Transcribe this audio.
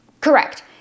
correct